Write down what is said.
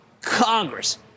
Congress